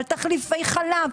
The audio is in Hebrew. על תחליפי חלב.